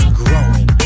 growing